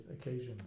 occasion